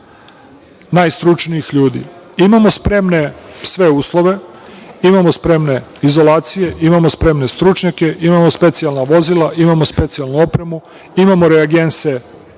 najstručnijih ljudi. Imamo spremne sve uslove, imamo spremne izolacije, imamo spremne stručnjake, imamo spremna specijalna vozila, imamo specijalnu opremu, imamo reagense,